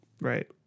Right